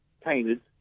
painted